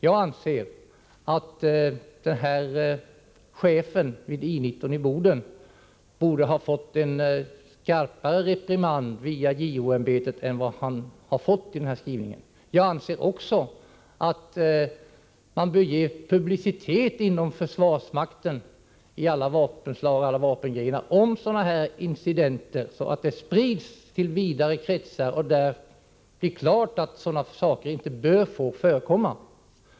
Jag anser att chefen vid I 19 i Boden borde ha fått en skarpare reprimand via JO-ämbetet än vad han fått genom den här skrivningen. Jag anser också att man bör ge publicitet inom försvarsmakten, inom alla vapenslag och alla försvarsgrenar, åt sådana incidenter, så att informationen sprids till vidare kretsar och så att det blir klart att sådana saker inte får förekomma.